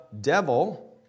devil